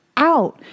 Out